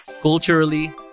Culturally